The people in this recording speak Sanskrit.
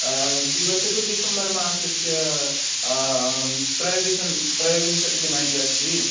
दिवसः तु दिसम्बर्मासस्य त्रयोविंशन् त्रयोविंशतिदिनाङ्के अस्ति